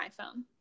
iphone